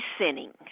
sinning